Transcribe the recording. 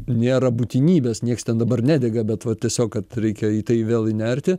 nėra būtinybės nieks ten dabar nedega bet va tiesiog kad reikia į tai vėl įnerti